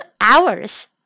hours